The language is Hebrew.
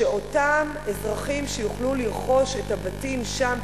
שאותם אזרחים שיוכלו לרכוש את הבתים שם,